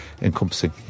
Encompassing